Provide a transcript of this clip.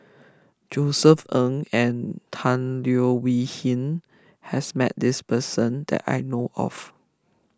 Josef Ng and Tan Leo Wee Hin has met this person that I know of